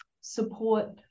support